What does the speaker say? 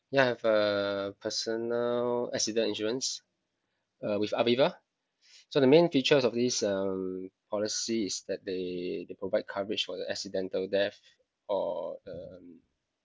ya I have a personal accident insurance uh with aviva so the main features of this um policy is that they they provide coverage for the accidental death or the